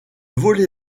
volley